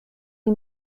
die